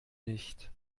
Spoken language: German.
nicht